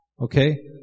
okay